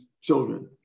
children